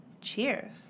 Cheers